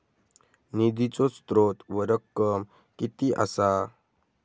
निधीचो स्त्रोत व रक्कम कीती असा?